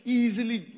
easily